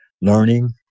learning